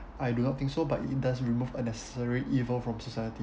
I do not think so but it does remove unnecessary evil from society